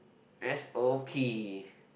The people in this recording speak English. s_o_p